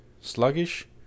sluggish